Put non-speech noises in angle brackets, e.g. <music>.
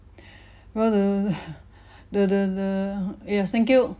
well the <laughs> the the the yes thank you